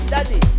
Daddy